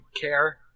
care